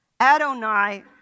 Adonai